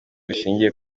rishingiye